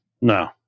No